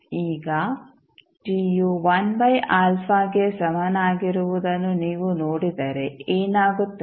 ಈಗ t ಯು 1α ಗೆ ಸಮನಾಗಿರುವುದನ್ನು ನೀವು ನೋಡಿದರೆ ಏನಾಗುತ್ತದೆ